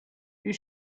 you